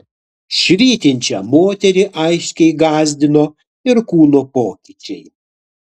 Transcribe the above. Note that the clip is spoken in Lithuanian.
švytinčią moterį aiškiai gąsdino ir kūno pokyčiai